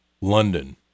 London